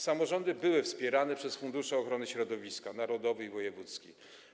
Samorządy były wspierane przez fundusze ochrony środowiska - narodowy i wojewódzki.